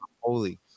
holy